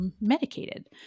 medicated